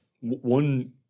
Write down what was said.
One